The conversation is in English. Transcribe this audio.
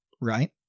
right